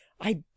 I